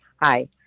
Hi